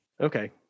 Okay